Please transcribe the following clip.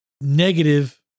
negative